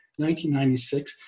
1996